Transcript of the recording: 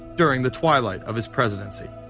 during the twilight of his presidency.